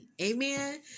Amen